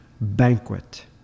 banquet